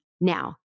Now